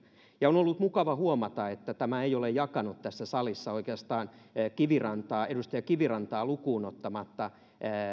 ja on ollut mukavaa huomata että tämä ei ole jakanut tätä salia oikeastaan edustaja kivirantaa lukuun ottamatta